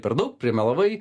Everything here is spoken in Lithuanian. per daug primelavai